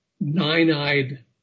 nine-eyed